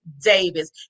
Davis